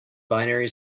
binary